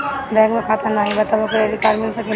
Bank में खाता नाही बा तबो क्रेडिट कार्ड मिल सकेला?